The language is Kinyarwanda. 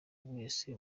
wese